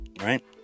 right